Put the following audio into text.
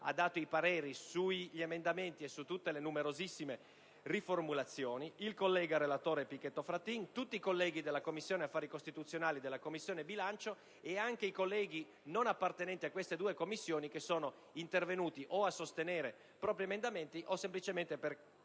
ha dato i pareri sugli emendamenti e su tutte le numerosissime riformulazioni, il collega relatore Pichetto Fratin, tutti i colleghi della Commissione affari costituzionali e della Commissione bilancio, e anche i colleghi non appartenenti a queste due Commissioni che sono intervenuti per sostenere propri emendamenti o semplicemente per